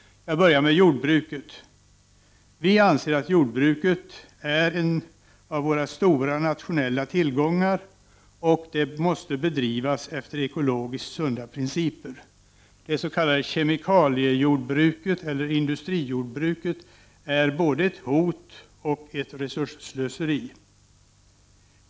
Jag börjar med jordbruket: Vi anser att jordbruket är en av våra stora nationella tillgångar och måste bedrivas efter ekologiskt sunda principer. Det s.k. kemikaliejordbruket, eller industrijordbruket, är både ett hot och ett resursslöseri.